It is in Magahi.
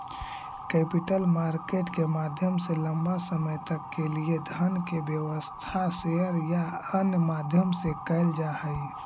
कैपिटल मार्केट के माध्यम से लंबा समय तक के लिए धन के व्यवस्था शेयर या अन्य माध्यम से कैल जा हई